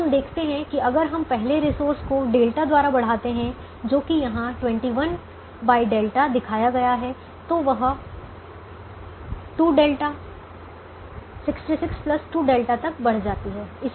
तो हम देखते हैं कि अगर हम पहले रिसोर्स को डेल्टा द्वारा बढ़ाते हैं जो कि यहां 21 ઠ दिखाया गया है तो वह 2ઠ 66 2ઠ तक बढ़ जाती है